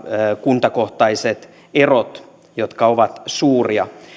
kuntakohtaiset erot jotka ovat suuria